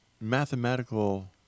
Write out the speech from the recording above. mathematical